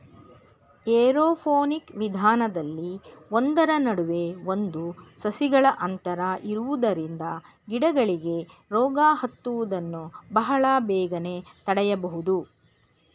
aeroponic ವಿಧಾನದಲ್ಲಿ ಒಂದರ ನಡುವೆ ಒಂದು ಸಸಿಗಳ ಅಂತರ ಇರುವುದರಿಂದ ಗಿಡಗಳಿಗೆ ರೋಗ ಹತ್ತುವುದನ್ನು ಬಹಳ ಬೇಗನೆ ತಡೆಯಬೋದು